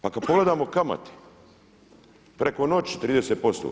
Pa kad pogledamo kamate preko noći 30%